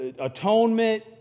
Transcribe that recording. Atonement